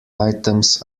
items